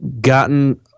gotten